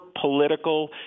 political